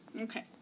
Okay